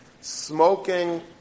smoking